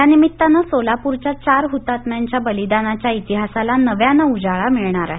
यानिमित्तानं सोलापूरच्या चार हतात्म्यांच्या बलिदानाच्या इतिहासाला नव्यानं उजाळा मिळणार आहे